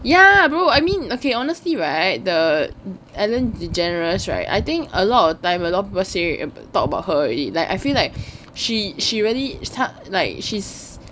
ya bro I mean okay honestly right the ellen degeneres right I think a lot of time a lot of people say talk about her it like I feel like she she really 她 she's